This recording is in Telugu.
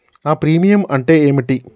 నా ప్రీమియం అంటే ఏమిటి?